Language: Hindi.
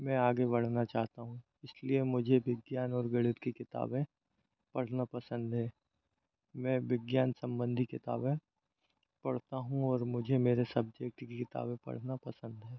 में आगे बढ़ना चाहता हूँ इसलिए मुझे विज्ञान और गणित की किताबें पढ़ना पसंद है मैं विज्ञान संबंधी किताबें पढ़ता हूँ और मुझे मेरे सब्जेक्ट की किताबें पढ़ना पसंद है